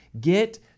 get